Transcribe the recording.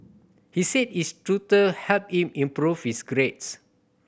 he said his tutor helped him improve his grades